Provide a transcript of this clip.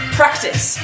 practice